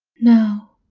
now,